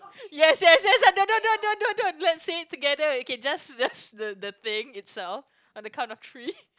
yes yes yes don't don't don't don't let's say together okay just just the the thing itself on the kind of tree